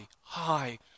high